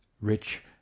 rich